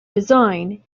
design